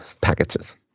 packages